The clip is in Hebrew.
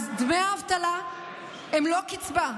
דמי האבטלה הם לא קצבה,